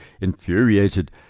infuriated